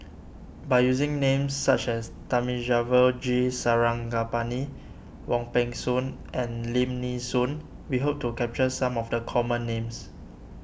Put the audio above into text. by using names such as Thamizhavel G Sarangapani Wong Peng Soon and Lim Nee Soon we hope to capture some of the common names